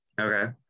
Okay